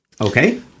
okay